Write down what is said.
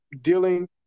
dealing